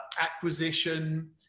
acquisition